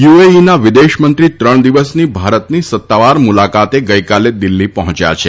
યુએઈના વિદેશમંત્રી ત્રણ દિવસની ભારતની સત્તાવાર મુલાકાતે ગઈકાલે દિલ્હી પહોંચ્યા છે